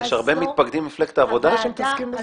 יש הרבה מתפקדים ממפלגת העבודה שמתעסקים בזה?